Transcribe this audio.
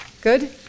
Good